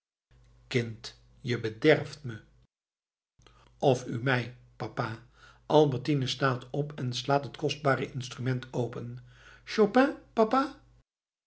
kind je bederft me of u mij papa albertine staat op een slaat het kostbare instrument open chopin papa